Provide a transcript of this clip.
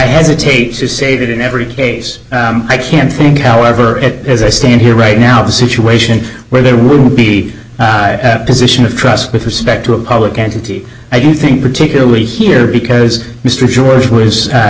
hesitate to say that in every case i can think however it as i stand here right now the situation where there will be a position of trust with respect to a public entity i don't think particularly here because mr george was a